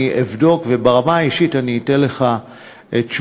אני אבדוק, וברמה האישית אני אתן לך תשובה.